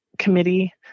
committee